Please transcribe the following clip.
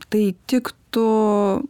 tai tiktų